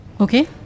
Okay